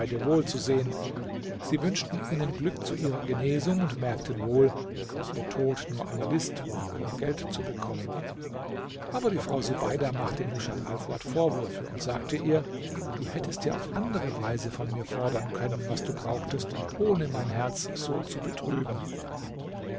wohl zu sehen sie wünschten ihnen glück zu ihrer genesung und merkten wohl daß ihr tod nur eine list war um geld zu bekommen aber die frau subeida machte rushat alfuad vorwürfe und sagte ihr du hättest ja auf eine andere weise von mir fordern können was du brauchtest ohne mein herz so zu betrüben